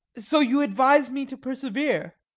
so you advise me to persevere?